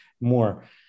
more